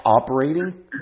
operating